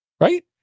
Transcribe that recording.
right